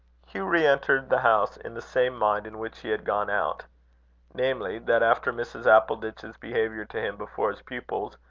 hugh re-entered the house in the same mind in which he had gone out namely, that after mrs. appleditch's behaviour to him before his pupils,